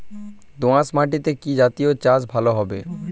দোয়াশ মাটিতে কি জাতীয় চাষ ভালো হবে?